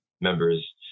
members